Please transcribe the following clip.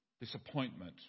disappointment